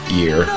year